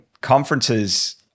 conferences